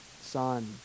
son